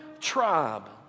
tribe